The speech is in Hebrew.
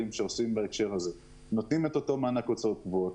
שאנחנו עושים בהקשר הזה: נותנים את אותו מענק הוצאות קבועות,